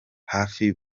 hafi